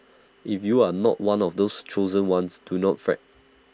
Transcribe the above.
if you are not one of the chosen ones do not fret